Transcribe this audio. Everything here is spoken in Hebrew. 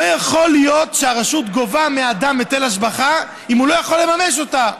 לא יכול להיות שהרשות גובה מהאדם היטל השבחה אם הוא לא יכול לממש אותה.